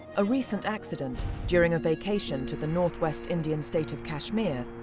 a recent accident, during a vacation to the north west indian state of kashmir,